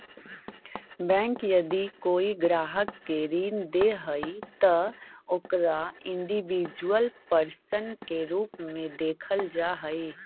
bank यदि कोई ग्राहक के ऋण दे हइ त ओकरा इंडिविजुअल पर्सन के रूप में देखल जा हइ